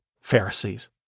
Pharisees